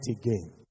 again